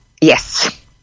Yes